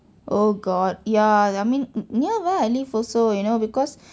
oh god ya I mean near where I live also you know because